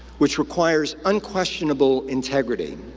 which requires unquestionable integrity.